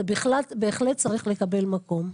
זה בהחלט צריך לקבל מקום.